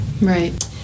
Right